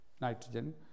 nitrogen